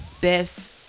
best